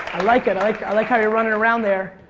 i like it. i like i like how you're running around there.